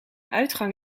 uitgang